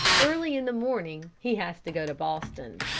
early in the morning he has to go to boston.